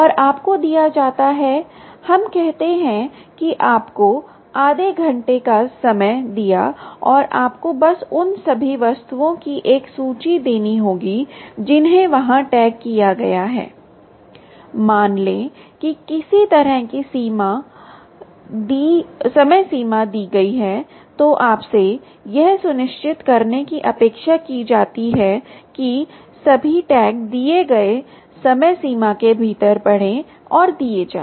और आपको दिया जाता है हम कहते हैं कि आपको आधे घंटे का समय दिया और आपको बस उन सभी वस्तुओं की एक सूची देनी होगी जिन्हें वहां टैग किया गया है मान लें कि किसी तरह की समय सीमा दी गई है तो आपसे यह सुनिश्चित करने की अपेक्षा की जाती है कि सभी टैग दिए गए समय सीमा के भीतर पढ़ें और दिया जाए